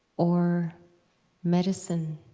or medicine